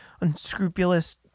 unscrupulous